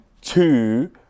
Two